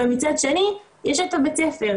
ומצד שני יש את הבית ספר.